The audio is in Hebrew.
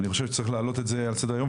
אני חושב שצריך להעלות את זה לסדר היום,